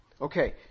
Okay